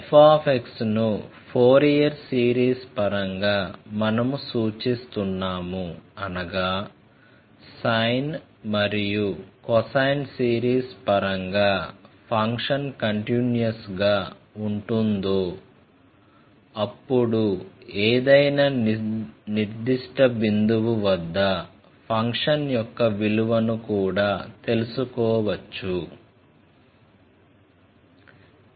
f ను Fourier series పరంగా మనము సూచిస్తున్నాము అనగా సైన్ మరియు కొసైన్ సిరీస్ పరంగా ఫంక్షన్ కంటిన్యుఅస్గా ఉంటుందో అప్పుడు ఏదైనా నిర్దిష్ట బిందువు వద్ద ఫంక్షన్ యొక్క విలువను కూడా తెలుసుకోవచ్చు